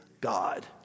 God